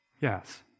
Yes